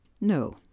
no